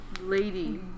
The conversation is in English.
Lady